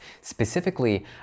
Specifically